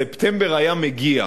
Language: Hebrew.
ספטמבר היה מגיע.